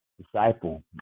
disciple